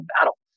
battle